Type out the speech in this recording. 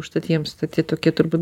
užtat jiems tai tie tokie turbūt